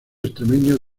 extremeño